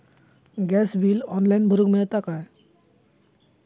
Gas bill online भरुक मिळता काय?